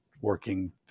working